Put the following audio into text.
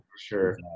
Sure